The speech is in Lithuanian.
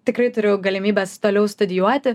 tikrai turiu galimybes toliau studijuoti